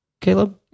caleb